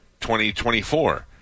2024